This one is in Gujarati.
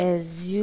azure